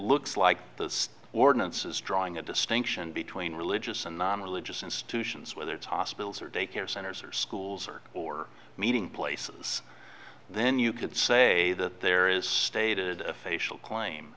looks like this ordinance is drawing a distinction between religious and non religious institutions whether it's hospitals or daycare centers or schools or or meeting places then you could say that there is stated a facial claim